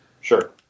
Sure